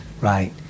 Right